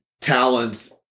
talents